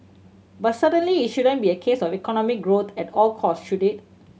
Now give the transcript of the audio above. but certainly it shouldn't be a case of economic growth at all costs should it